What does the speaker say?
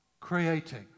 creating